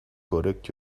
correct